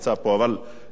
ראש הממשלה,